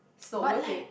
it's not worth it